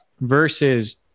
versus